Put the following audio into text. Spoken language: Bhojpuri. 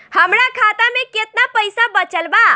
हमरा खाता मे केतना पईसा बचल बा?